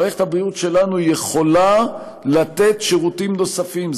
מערכת הבריאות שלנו יכולה לתת שירותים נוספים,